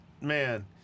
man